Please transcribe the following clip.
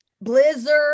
blizzard